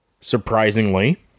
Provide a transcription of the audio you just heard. surprisingly